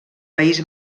país